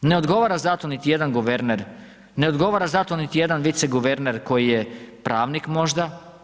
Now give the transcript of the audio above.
Ne odgovara zato niti jedan guverner, ne odgovara za to niti jedan viceguverner koji je pravnik možda.